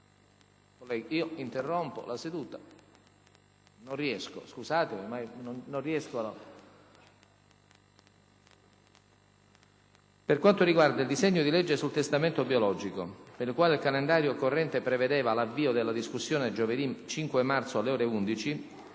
Per quanto riguarda il disegno di legge sul testamento biologico, per il quale il calendario corrente prevedeva l’avvio della discussione giovedı 5 marzo, alle ore 11,